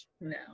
No